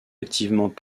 activement